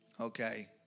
Okay